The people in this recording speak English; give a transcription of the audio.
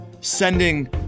sending